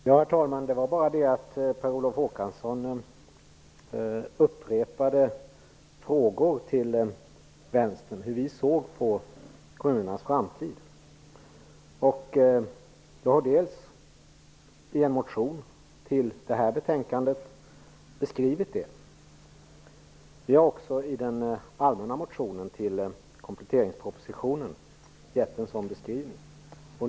Herr talman! Per Olof Håkansson upprepade frågan hur vi i Vänstern ser på kommunernas framtid. Vi har i en motion som behandlas i detta betänkande beskrivit detta. Vi har också i en motion till kompletteringspropositionen givit en sådan beskrivning.